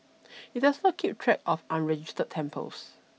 it does not keep track of unregistered temples